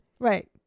right